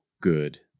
good